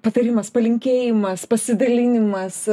patarimas palinkėjimas pasidalinimas